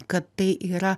kad tai yra